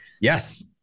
Yes